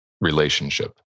relationship